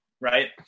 right